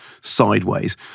Sideways